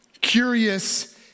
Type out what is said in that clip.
Curious